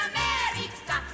America